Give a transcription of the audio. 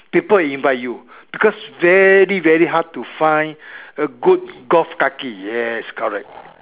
people will invite you because very very hard to find a good golf kaki yes correct